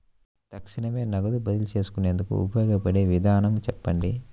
తక్షణమే నగదు బదిలీ చేసుకునేందుకు ఉపయోగపడే విధానము చెప్పండి?